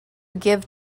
give